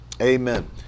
Amen